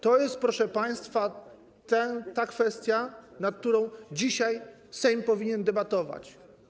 To jest, proszę państwa, ta kwestia, nad którą dzisiaj Sejm powinien debatować.